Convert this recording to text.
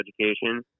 education